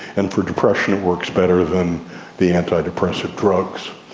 and for depression it works better than the antidepressive drugs.